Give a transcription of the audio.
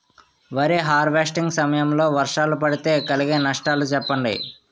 వరి హార్వెస్టింగ్ సమయం లో వర్షాలు పడితే కలిగే నష్టాలు చెప్పండి?